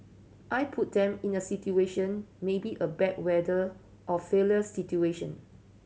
I put them in a situation maybe a bad weather or failure situation